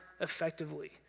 effectively